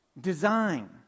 Design